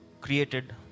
created